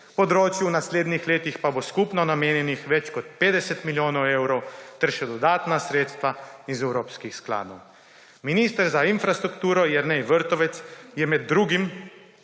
področju pa bo v naslednjih letih skupno namenjenih več kot 50 milijonov evrov ter še dodatna sredstva iz evropskih skladov. Minister za infrastrukturo Jernej Vrtovec je med drugim